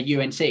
unc